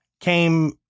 came